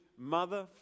mother